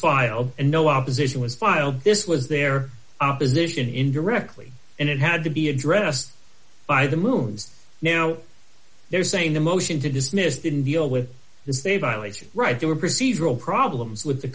filed and no opposition was filed this was their opposition indirectly and it had to be addressed by the moon's now they're saying the motion to dismiss didn't deal with it's a violation right they were procedural problems with the